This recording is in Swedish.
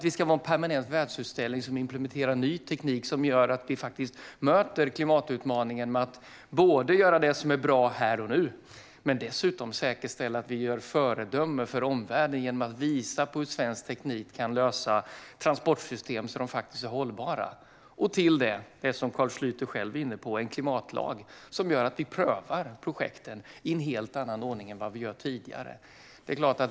Vi ska vara en permanent världsutställning som implementerar ny teknik som gör att vi möter klimatutmaningen med att göra det som är bra här och nu. Vi ska dessutom säkerställa att vi är ett föredöme för omvärlden genom att visa på hur svensk teknik kan lösa problem med transportsystem så att de är hållbara. Till det kommer det som Carl Schlyter själv är inne på. Det är en klimatlag som gör att vi prövar projekten i en helt annan ordning än vad vi gjort tidigare.